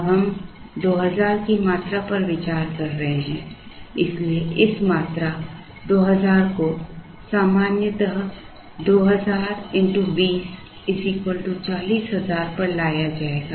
अब हम 2000 की मात्रा पर विचार कर रहे हैं इसलिए इस मात्रा 2000 को सामान्यतः 2000 x 20 40000 पर लाया जाएगा